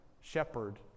shepherd